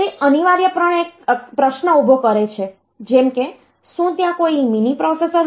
તે અનિવાર્યપણે એક પ્રશ્ન ઉભો કરે છે જેમ કે શું ત્યાં કોઈ મીની પ્રોસેસર હતું